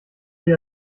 wie